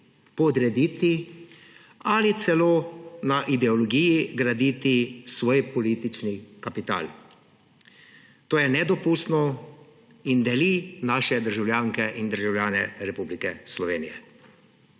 podrediti ali celo na ideologiji graditi svoj politični kapital. To je nedopustno in deli naše državljanke in državljane Republike Slovenije.